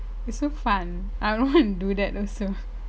it's so fun I would want to do that also